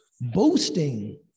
boasting